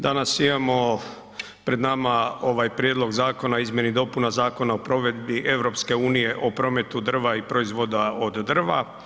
Danas imamo pred nama ovaj Prijedlog zakona o izmjeni i dopuni Zakona o provedbi EU o prometu drva i proizvoda od drva.